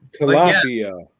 Tilapia